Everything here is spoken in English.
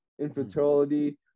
infertility